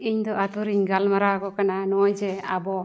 ᱤᱧᱫᱚ ᱟᱹᱛᱩ ᱨᱮᱧ ᱜᱟᱞᱢᱟᱨᱟᱣ ᱟᱠᱚ ᱠᱟᱱᱟ ᱱᱚᱜᱼᱚᱭ ᱡᱮ ᱟᱵᱚ